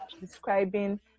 describing